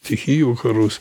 stichijų karus